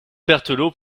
berthelot